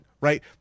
right